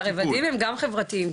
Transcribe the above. הרבדים הם גם חברתיים,